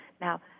Now